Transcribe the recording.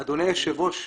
אדוני היושב-ראש,